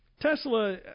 Tesla